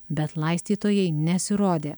bet laistytojai nesirodė